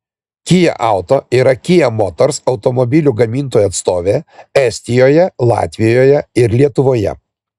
kia auto yra kia motors automobilių gamintojų atstovė estijoje latvijoje ir lietuvoje